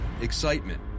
excitement